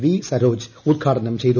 V Saroja ഉദ്ഘാടനം ചെയ്തു